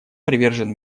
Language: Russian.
привержен